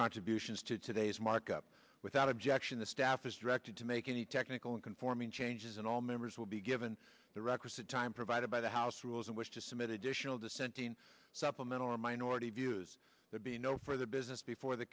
contributions to today's markup without objection the staff is directed to make any technical and conforming changes and all members will be given the requisite time provided by the house rules in which to submit additional dissenting supplemental or minority views there be no further business before the